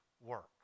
work